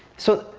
so,